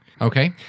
Okay